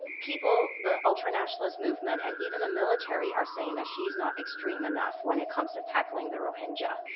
people, the ultra nationalist movement, and even the military are saying that she's not extreme enough when it comes to tackling the rohingya.